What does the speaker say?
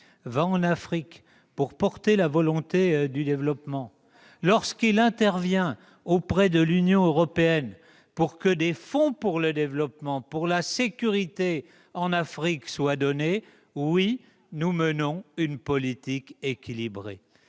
en Afrique pour porter une volonté de développement, lorsqu'il intervient auprès de l'Union européenne afin que des fonds pour le développement et pour la sécurité en Afrique soient octroyés, oui, nous menons une politique équilibrée